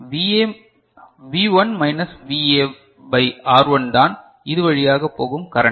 V1 minus VA by R1 தான் இது வழியாக போகும் கரண்ட்